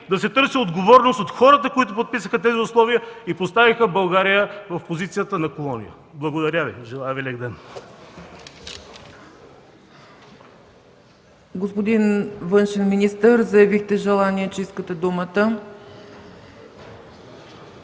да се търси отговорност от хората, които подписаха тези условия и поставиха България в позиция на колония. Благодаря. Желая Ви лек ден!